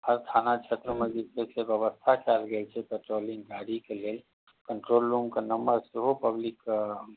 हर थाना क्षेत्रमे जे छै से बेबस्था कएल गेल छै पेट्रोलिङ्गके गाड़ीके लेल कन्ट्रोल रूमके नम्बर सेहो पब्लिकके